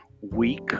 week